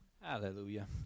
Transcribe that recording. Hallelujah